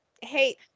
hey